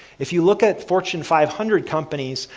if you look at fortune five hundred companies,